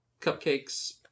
cupcakes